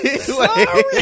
Sorry